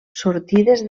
sortides